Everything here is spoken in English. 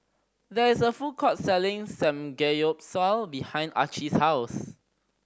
there is a food court selling Samgeyopsal behind Archie's house